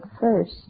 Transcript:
first